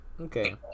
okay